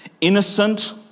innocent